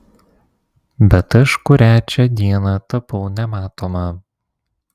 bet aš kurią čia dieną tapau nematoma